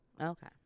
Okay